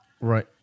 Right